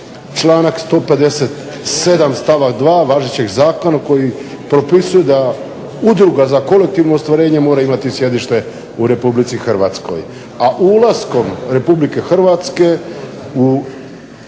članak 157. stavak 2. važećeg zakona koji propisuje da Udruga za kolektivno ostvarenje mora imati sjedište u RH. A ulaskom RH u